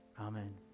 Amen